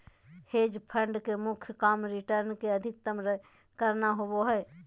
hedge fund के मुख्य काम रिटर्न के अधीकतम करना होबो हय